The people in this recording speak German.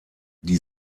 die